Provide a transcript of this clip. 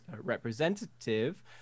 representative